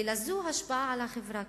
ולאלה השפעה על החברה כולה.